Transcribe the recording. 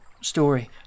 story